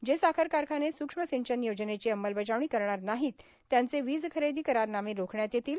जे साखर कारखाने सूक्ष्म सिंचन योजनेची अंमलबजावणी करणार नाहीत त्यांचे वीज खरेदी करारनामे रोखण्यात येतील